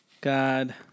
God